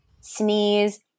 sneeze